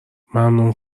ممنون